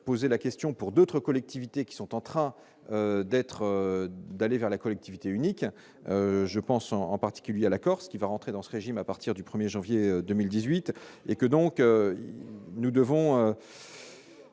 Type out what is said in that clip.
poser la question pour d'autres collectivités qui sont en train d'être d'aller vers la collectivité unique, je pense en particulier à la Corse qui va rentrer dans ce régime, à partir du 1er janvier 2018